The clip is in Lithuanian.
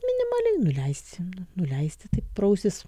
minimaliai nuleisim nuleisti taip pro ausis